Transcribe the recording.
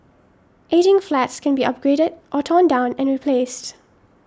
ageing flats can be upgraded or torn down and replaced